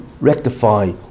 rectify